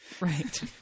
Right